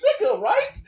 right